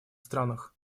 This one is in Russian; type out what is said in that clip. странах